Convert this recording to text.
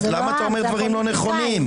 למה אתה אומר דברים לא נכונים?